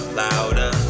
louder